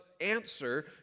answer